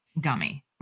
gummy